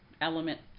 element